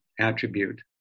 attribute